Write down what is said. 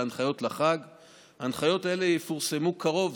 הנחיות אלה יפורסמו בקרוב,